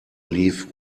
leave